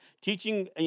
teaching